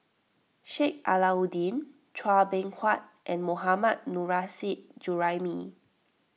Sheik Alau'ddin Chua Beng Huat and Mohammad Nurrasyid Juraimi